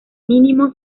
mínimo